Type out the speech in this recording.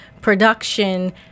production